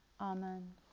Amen